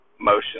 motion